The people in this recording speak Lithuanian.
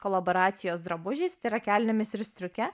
kolaboracijos drabužiais tai yra kelnėmis ir striuke